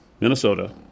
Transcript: Minnesota